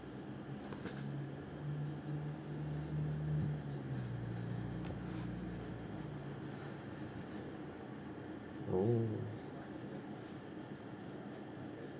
orh